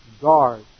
guard